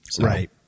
Right